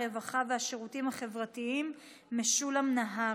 הרווחה והשירותים החברתיים משולם נהרי.